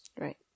Right